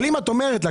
אבל אם את אומרת לה,